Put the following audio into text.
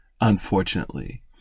unfortunately